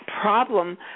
problem